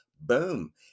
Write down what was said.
Boom